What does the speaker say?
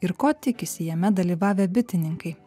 ir ko tikisi jame dalyvavę bitininkai